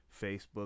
Facebook